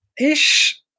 ish